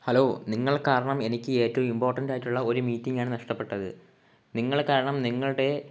hello നിങ്ങൾ കാരണം എനിക്ക് ഏറ്റവും ഇംപോർട്ടൻറ്റായിട്ടുള്ള ഒരു മീറ്റിംങ്ങാണ് നഷ്ടപ്പെട്ടത് നിങ്ങൾ കാരണം നിങ്ങളുടെ